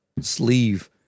sleeve